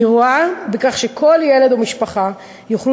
אני רואה בכך שכל ילד או משפחה יוכלו